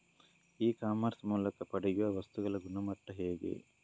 E commerce ಮೂಲಕ ಪಡೆಯುವ ವಸ್ತುಗಳ ಗುಣಮಟ್ಟ ಹೇಗೆ?